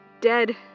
dead